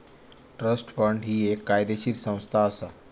trust fund ही एक कायदेशीर संस्था असा